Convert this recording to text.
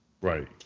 right